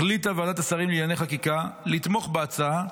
החליטה ועדת השרים לענייני חקיקה לתמוך בהצעה,